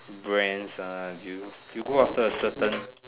brands are you you go after a certain